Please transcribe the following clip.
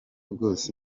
bwose